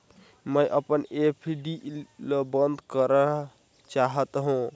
मैं अपन एफ.डी ल बंद करा चाहत हों